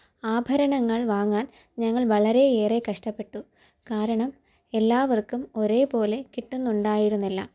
ആഭരണങ്ങൾ വാങ്ങാൻ ഞങ്ങൾ വളരെ ഏറെ കഷ്ടപ്പെട്ടു എല്ലാവർക്കും ഒരേ പോലെ കിട്ടുന്നുണ്ടായിരുന്നില്ല